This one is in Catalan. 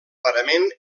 parament